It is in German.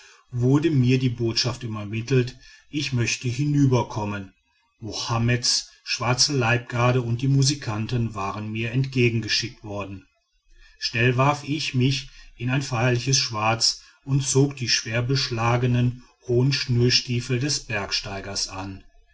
wurde mir die botschaft übermittelt ich möchte hinüberkommen mohammeds schwarze leibgarde und die musikanten waren mir entgegengeschickt worden schnell warf ich mich in ein feierliches schwarz und zog die schwerbeschlagenen hohen schnürstiefel eines bergsteigers an